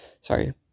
sorry